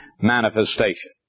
manifestation